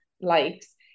likes